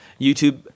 youtube